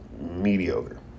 mediocre